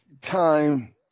time